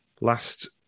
last